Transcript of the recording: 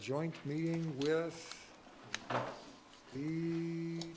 joint meeting with the